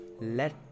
let